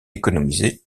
économisé